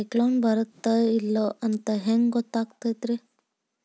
ಸೈಕ್ಲೋನ ಬರುತ್ತ ಇಲ್ಲೋ ಅಂತ ಹೆಂಗ್ ಗೊತ್ತಾಗುತ್ತ ರೇ?